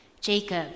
Jacob